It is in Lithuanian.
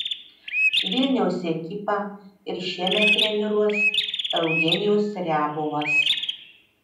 vilniaus ekipą ir šiemet treniruos eugenijus riabovas